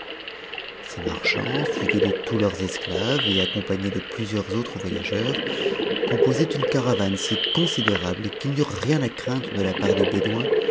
ces marchands suivis de tous leurs esclaves et accompagnés de plusieurs autres voyageurs composaient une caravane si considérable qu'its u eurent rien à craindre de la part des bédouins